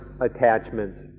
attachments